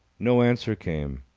no answer came.